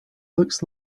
looks